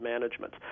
management